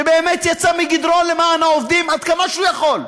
שבאמת יצא מגדרו למען העובדים עד כמה שהוא יכול,